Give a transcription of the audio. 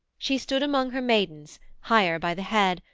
she stood among her maidens, higher by the head,